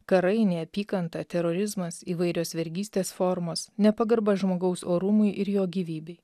karai neapykanta terorizmas įvairios vergystės formos nepagarba žmogaus orumui ir jo gyvybei